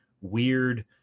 weird